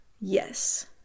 Yes